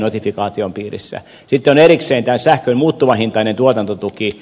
sitten on erikseen tämä sähkön muuttuvahintainen tuotantotuki